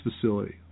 facility